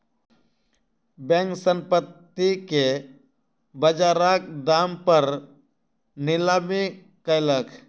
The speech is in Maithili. बैंक, संपत्ति के बजारक दाम पर नीलामी कयलक